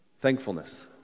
Thankfulness